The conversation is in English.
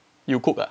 you cook ah